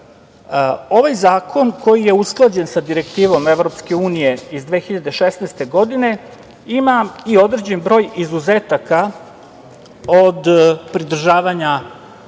robe. Ovaj zakon, koji je usklađen sa direktivom EU iz 2016. godine, ima i određeni broj izuzetaka od pridržavanja,